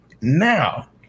Now